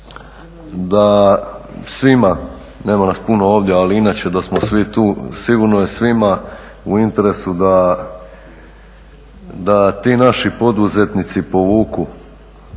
da svima, nema nas puno ovdje, ali inače da smo svi tu sigurno je svima u interesu da ti naši poduzetnici povuku